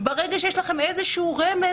ברגע שיש לכם איזה רמז,